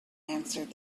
answered